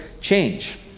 change